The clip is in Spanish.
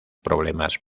problemas